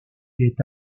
est